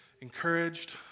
encouraged